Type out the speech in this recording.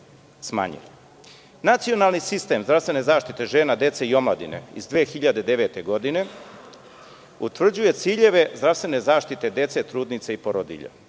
smanjile. Nacionalni sistem zdravstvene zaštite žena, dece i omladine iz 2009. godine utvrđuje ciljeve zdravstvene zaštite dece, trudnica i porodilja.